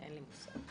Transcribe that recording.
לא.